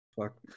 Fuck